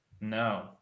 No